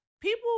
People